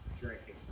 drinking